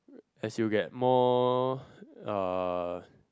as you get more uh